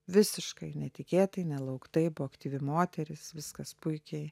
visiškai netikėtai nelauktai buvo aktyvi moteris viskas puikiai